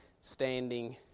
standing